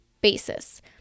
basis